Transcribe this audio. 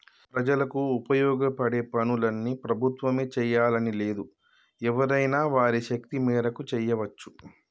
ప్రజలకు ఉపయోగపడే పనులన్నీ ప్రభుత్వమే చేయాలని లేదు ఎవరైనా వారి శక్తి మేరకు చేయవచ్చు